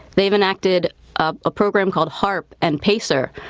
they've enacted a program called harp and pacer,